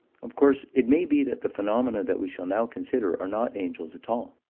of course it may be that the phenomena that we shall now consider are not angels at all.